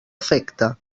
efecte